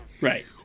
Right